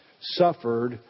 suffered